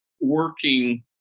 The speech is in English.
working